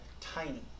tiny